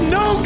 no